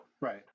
right